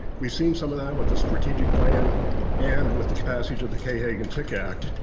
we've seen some of that with the strategic plan and with the capacities of the kay hagan tick act.